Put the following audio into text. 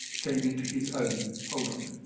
came into his own. hold on.